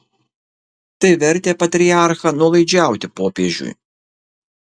tai vertė patriarchą nuolaidžiauti popiežiui